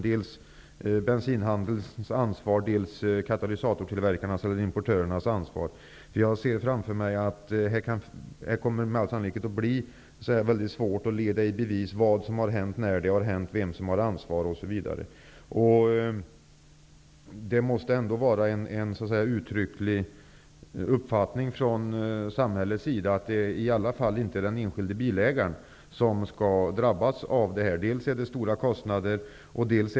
Jag tänker på dels bensinhandelns ansvar, dels katalysatortillverkarnas eller importörernas ansvar. Jag föreställer mig att det kan bli väldigt svårt att leda i bevis vad som har hänt, när något hänt, vem som har ansvaret osv. Uppfattningen från samhällets sida måste ändå uttryckligen vara att det i alla fall inte är den enskilda bilägaren som skall drabbas i detta sammanhang.